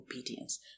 obedience